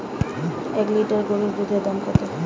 এক লিটার গোরুর দুধের দাম কত?